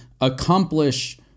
accomplish